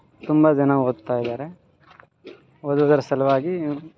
ತುಂಬ ಜನ ಓದ್ತಾ ಇದ್ದಾರೆ ಓದುಗರ ಸಲುವಾಗಿ